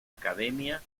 academia